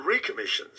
recommissions